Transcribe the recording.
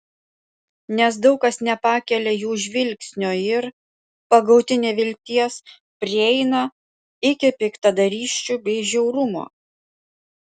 nes daug kas nepakelia jų žvilgsnio ir pagauti nevilties prieina iki piktadarysčių bei žiaurumo